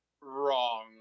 Wrong